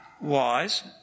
wise